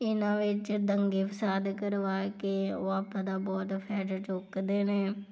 ਇਹਨਾਂ ਵਿੱਚ ਦੰਗੇ ਫਸਾਦ ਕਰਵਾ ਕੇ ਉਹ ਆਪ ਦਾ ਬਹੁਤ ਫ਼ਾਇਦਾ ਚੁੱਕਦੇ ਨੇ